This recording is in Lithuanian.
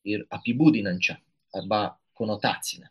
ir apibūdinančia arba konotacine